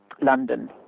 London